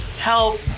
help